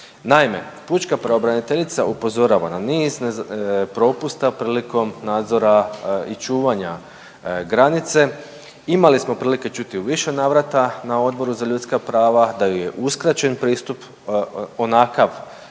Naime, pučka pravobraniteljica upozorava na niz propusta prilikom nadzora i čuvanja granice imali smo prilike čuti u više navrata na Odboru za ljudska prava da joj je uskraćen pristup onakav